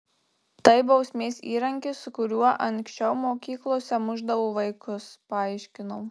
tai bausmės įrankis su kuriuo anksčiau mokyklose mušdavo vaikus paaiškinau